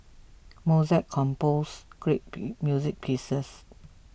Mozart compose great music pieces